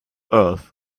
earth